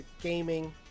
gaming